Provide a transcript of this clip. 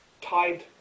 tied